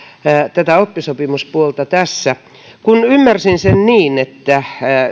tätä oppisopimuspuolta tässä kun ymmärsin sen niin että